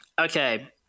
Okay